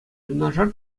юнашар